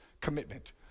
commitment